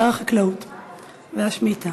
שר החקלאות והשמיטה.